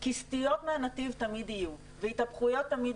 כי סטיות מהנתיב תמיד יהיו והתהפכויות תמיד